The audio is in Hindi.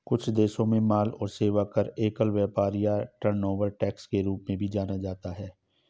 कुछ देशों में माल और सेवा कर, एकल व्यापार कर या टर्नओवर टैक्स के रूप में भी जाना जाता है